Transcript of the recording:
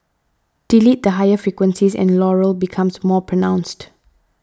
delete the higher frequencies and Laurel becomes more pronounced